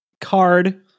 card